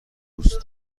دوست